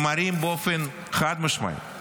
הם מראים באופן חד-משמעי